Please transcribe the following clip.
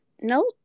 Nope